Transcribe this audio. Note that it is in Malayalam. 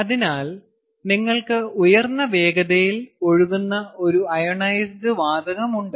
അതിനാൽ നിങ്ങൾക്ക് ഉയർന്ന വേഗതയിൽ ഒഴുകുന്ന ഒരു അയോണൈസ്ഡ് വാതകമുണ്ട്